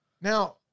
Now